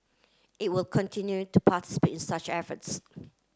it will continue to participate in such efforts